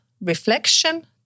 reflection